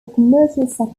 commercial